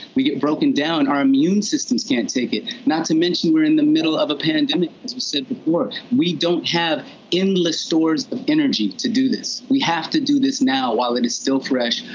we get broken down. our immune systems can't take it. not to mention we're in the middle of a pandemic as we said before. we don't have endless stores of energy to do this. we have to do this now while it is still fresh,